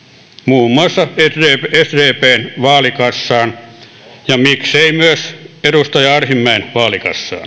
muun muassa sdpn vaalikassaan ja miksei myös edustaja arhinmäen vaalikassaan